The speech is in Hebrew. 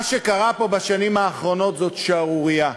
מה שקרה פה בשנים האחרונות זאת שערורייה.